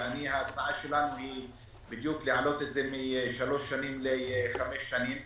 וההצעה שלנו היא להעלות את זה משלוש שנים לחמש שנים.